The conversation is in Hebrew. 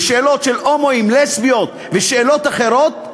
בשאלות של הומואים, לסביות ושאלות אחרות,